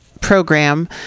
program